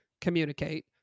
communicate